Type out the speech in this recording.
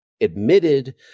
admitted